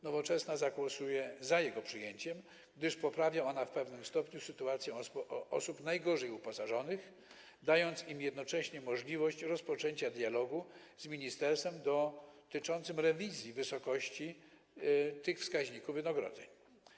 Nowoczesna zagłosuje za jego przyjęciem, gdyż poprawia on w pewnym stopniu sytuację osób najgorzej uposażonych, dając im jednocześnie możliwość rozpoczęcia dialogu z ministerstwem dotyczącego rewizji wysokości tych wskaźników wynagrodzeń.